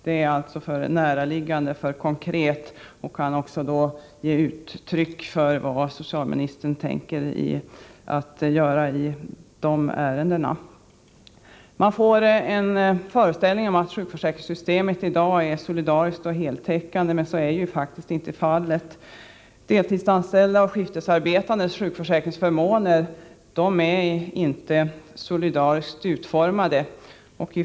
Det är alltför näraliggande och konkret och kunde ge uttryck för vad socialministern tänker göra i dessa avseenden. Man får en föreställning om att sjukförsäkringssystemet i dag är solidariskt och heltäckande. Så är faktiskt inte fallet. Deltidsanställdas och skiftarbetandes sjukförsäkringsförmåner är inte solidariskt utformade.